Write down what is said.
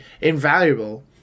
invaluable